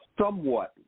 somewhat